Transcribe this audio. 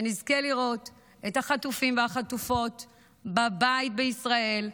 שנזכה לראות את החטופים והחטופות בבית בישראל,